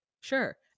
sure